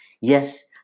Yes